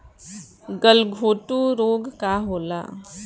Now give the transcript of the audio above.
गलघोटू रोग का होला?